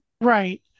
Right